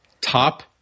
Top